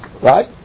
Right